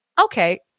okay